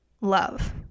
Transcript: love